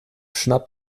schnapp